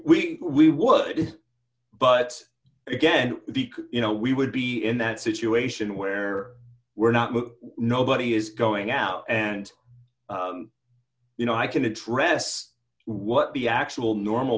we we would but again you know we would be in that situation where we're not nobody is going out and you know i can address what the actual normal